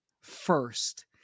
first